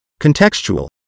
contextual